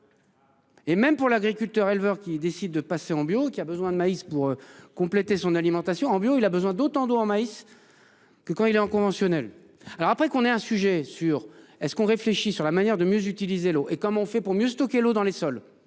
Et même pour l'agriculteur éleveur qui décide de passer en bio qui a besoin de maïs pour compléter son alimentation en bio, il a besoin d'autant d'eau en maïs. Que quand il est en conventionnel. Alors après qu'on ait un sujet sur est-ce qu'on réfléchit sur la manière de mieux utiliser l'eau et comme on fait pour mieux stocker l'eau dans les sols